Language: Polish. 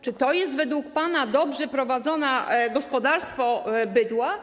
Czy to jest według pana dobrze prowadzone gospodarstwo bydła?